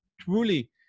truly